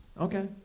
Okay